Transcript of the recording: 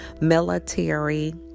military